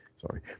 Sorry